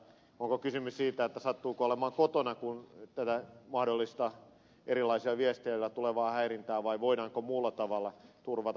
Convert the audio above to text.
onko kysymys siitä että sattuuko olemaan kotona kun tätä mahdollista erilaisina viesteinä tulevaa häirintää tulee vai voidaanko muulla tavalla turvata